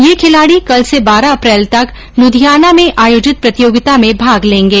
ये खिलाड़ी कल से बारह अप्रैल तक लुधियाना में आयोजित प्रतियोगिता में भाग लेंगे